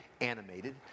animated